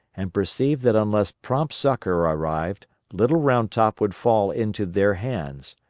and perceived that unless prompt succor arrived little round top would fall into their hands.